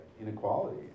inequality